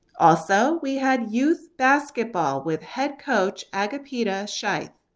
also we had youth basketball with head coach agapita scheithe.